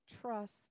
Trust